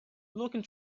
looking